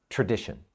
Tradition